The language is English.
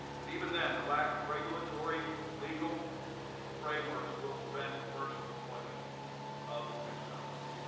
but even then the lack of regulatory legal frameworks will prevent commercial deployment of the technology.